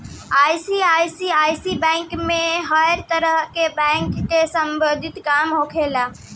ICICI bank में हर तरह के बैंक से सम्बंधित काम होखेला